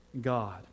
God